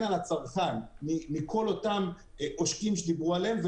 על הצרכן מכל אותם עושקים שדיברו אליהם,